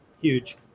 huge